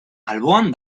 alboan